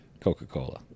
Coca-Cola